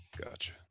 Gotcha